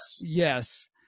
Yes